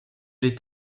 est